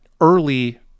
early